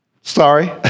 sorry